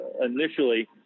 initially